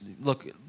look